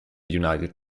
united